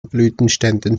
blütenständen